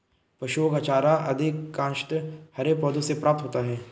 पशुओं का चारा अधिकांशतः हरे पौधों से प्राप्त होता है